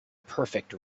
perfect